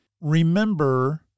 remember